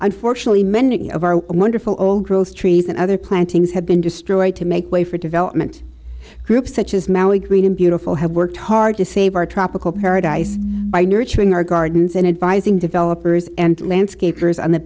unfortunately many of our wonderful old growth trees and other plantings have been destroyed to make way for development groups such as maui great and beautiful have worked hard to save our tropical paradise by nurturing our gardens and advising developers and landscapers and the